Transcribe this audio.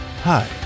hi